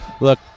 Look